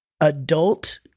adult